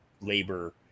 labor